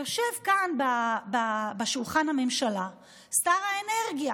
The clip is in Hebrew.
יושב כאן בשולחן הממשלה שר האנרגיה.